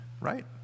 Right